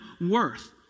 worth